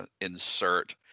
insert